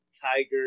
Tiger